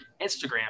Instagram